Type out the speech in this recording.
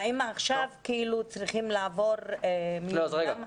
האם עכשיו הם צריכים לעבור מבחן?